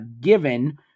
given